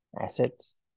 assets